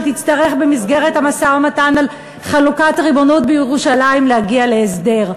שנצטרך במסגרת המשא-ומתן על חלוקת הריבונות בירושלים להגיע להסדר.